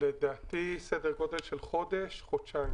לדעתי סדר גודל של חודש, חודשיים.